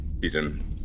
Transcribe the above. season